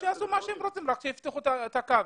שיעשו מה שהם רוצים אבל שיפתחו את הקווים.